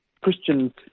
Christian